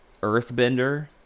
earthbender